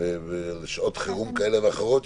שעות חירום כאלה ואחרות?